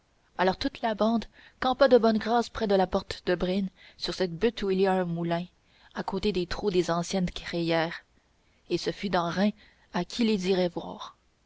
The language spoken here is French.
alors toute la bande campa de bonne grâce près de la porte de braine sur cette butte où il y a un moulin à côté des trous des anciennes crayères et ce fut dans reims à qui les irait voir